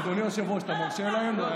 אדוני היושב-ראש, אתה מרשה להם?